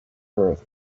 earth